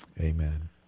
Amen